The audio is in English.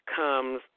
comes